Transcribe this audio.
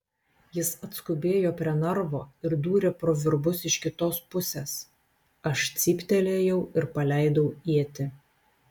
jis atskubėjo prie narvo ir dūrė pro virbus iš kitos pusės aš cyptelėjau ir paleidau ietį